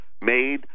made